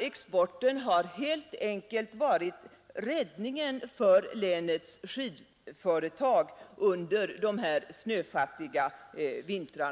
Exporten har helt enkelt varit räddningen för länets skidföretag under dessa snöfattiga vintrar.